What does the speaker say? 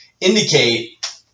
indicate